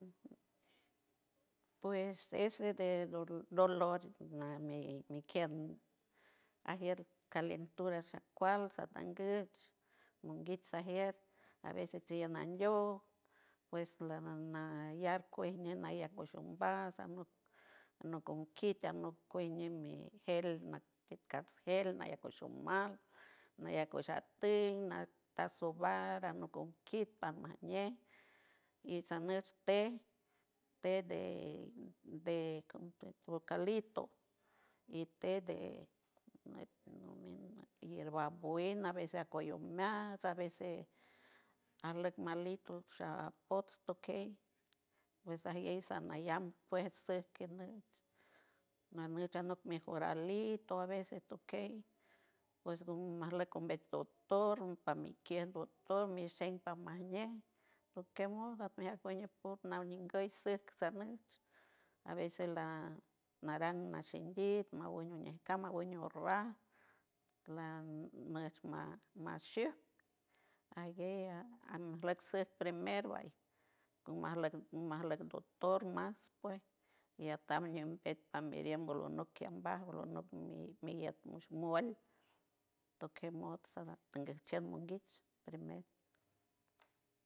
Pues ese de dolor nami mi kiem ajier calentura sha kual satanguts monguich sajier a veces chi a nandiow pues la na- nalliar kuej miat anayac kuej ombas anok anok con kit anok kuej ñimi gel makats gel mayac kuesh umal nayac wesh atuñ nata sobar anok con kit parmaj ñej y sanush té te de de oucalito y te de yerba buena a veces akuello umiats a veces ajleck malito sha apotsto kej pues ajguey sanayam pues suj kej nut nanuch anok mejoralito a veces tokey pues gumajleck con ver todoctor parmi kier doctor mishen pajmajñe tokey modo ajmijat kuej ñipop naw ninguey suj saney a veces la naran nashien did mawen uñej cama ñu rarr la nuch ma- mashujt ajguey ajnajlock suj primer ngomajleck ngomajleck doctor mas pues y atam ñembet parmiriem bolonop kiej ambaj olonok mi iet mush muelt tokey mod saj tanguiej chier mongich primer.